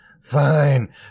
fine